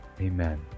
Amen